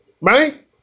right